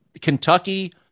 Kentucky